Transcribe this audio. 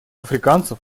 африканцев